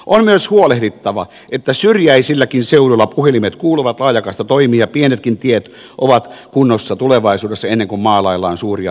on myös huolehdittava että syrjäisilläkin seuduilla puhelimet kuuluvat laajakaista toimii ja pienetkin tiet ovat kunnossa tulevaisuudessa ennen kuin maalaillaan suuria taivaanrannan maalauksia